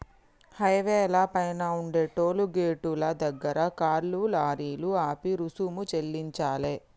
హైవేల పైన ఉండే టోలు గేటుల దగ్గర కార్లు, లారీలు ఆపి రుసుము చెల్లించాలే